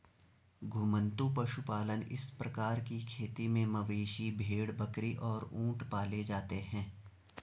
घुमंतू पशुपालन इस प्रकार की खेती में मवेशी, भेड़, बकरी और ऊंट पाले जाते है